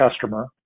customer